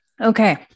Okay